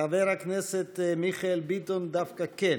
חבר הכנסת מיכאל ביטון, דווקא כן.